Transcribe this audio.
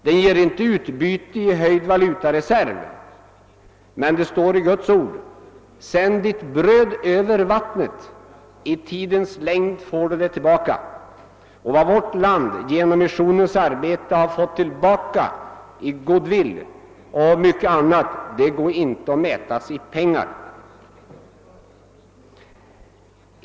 Den ger inte utbyte i höjd valutareserv, men det står i Guds ord: »Sänd ditt bröd över vattnet; i tidens längd får du det tillbaka.« Och vad vårt land genom missionens arbete har fått tillbaka i goodwill och mycket annat går inte att mäta i pengar.